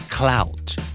Clout